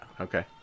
Okay